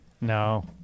No